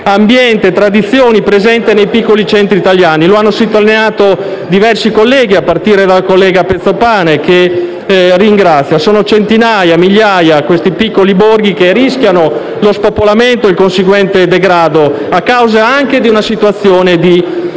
ambiente e tradizioni presente nei piccoli centri italiani. Lo hanno sottolineato diversi colleghi, a partire dalla senatrice Pezzopane, che ringrazio. Sono centinaia, migliaia i piccoli borghi che rischiano lo spopolamento e il conseguente degrado anche a causa di una situazione di